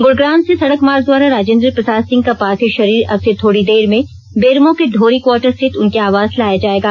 गुड़ग्राम से सड़क मार्ग द्वारा राजेन्द्र प्रसाद सिंह का पार्थिव शरीर अब से थोड़ी देर में बेरमो के ढोरी क्वाटर स्थित उनके आवास लाया जायेगा